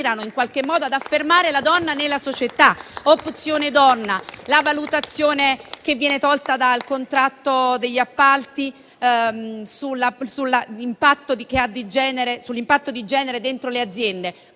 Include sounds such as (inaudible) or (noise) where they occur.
in qualche modo ad affermare la donna nella società: (applause) Opzione donna, la valutazione che viene tolta dal contratto degli appalti sull'impatto di genere all'interno delle aziende,